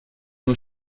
nur